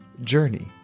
journey